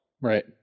Right